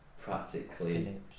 practically